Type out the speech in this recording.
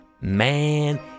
Man